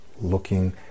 looking